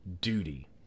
duty